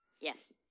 Yes